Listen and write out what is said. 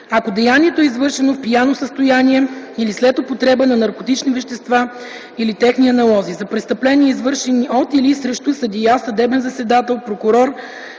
ако деянието е извършено в пияно състояние или след употреба на наркотични вещества или техни аналози; за престъпления, извършени от или срещу съдия, съдебен заседател, прокурор,